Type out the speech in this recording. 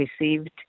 received